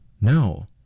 no